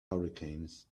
hurricanes